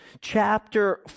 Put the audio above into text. chapter